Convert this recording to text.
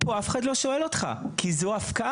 פה אף אחד לא שואל אותך, כי זו הפקעה.